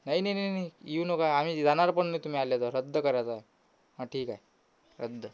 नाही नाही नाही नाही येऊ नका आम्ही जाणार पण नाही तुम्ही आले तर रद्द करायचं आहे ठीक आहे रद्द